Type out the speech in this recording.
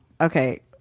Okay